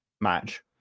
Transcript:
match